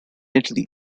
italy